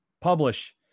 publish